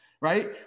right